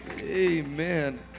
amen